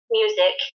music